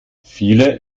viele